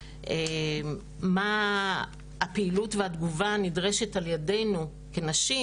מה הפעילות והתגובה הנדרשת על ידינו כנשים,